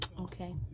Okay